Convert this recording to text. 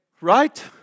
right